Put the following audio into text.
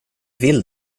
vill